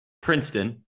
Princeton